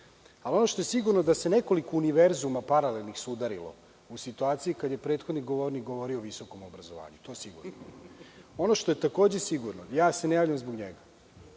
što je sigurno je da se nekoliko univerzuma paralelnih sudarilo u situaciji kada je prethodni govornik govorio o visokom obrazovanju. To je sigurno. Ono što je takođe sigurno, ja se ne javljam zbog njega,